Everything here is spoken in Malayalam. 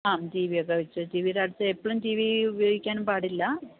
ആ ടീ വി ഒക്കെ വെച്ച് ടീ വിയുടെ അടുത്ത് എപ്പോഴും ടീ വി ഉപയോഗിക്കാനും പാടില്ല